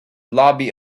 lobby